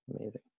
Amazing